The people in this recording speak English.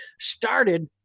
started